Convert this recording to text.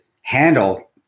handle